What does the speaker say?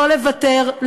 לא לוותר,